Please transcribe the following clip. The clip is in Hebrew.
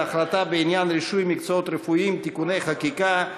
החלטה בעניין רישוי מקצועות רפואיים (תיקוני חקיקה),